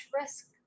risk